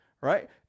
right